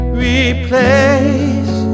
replace